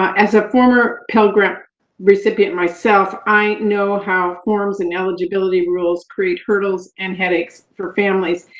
as a former pell grant recipient myself, i know how forms and eligibility rules create hurdles and headaches for families.